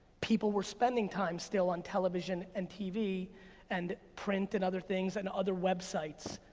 people were spending time still on television and tv and print and other things and other websites.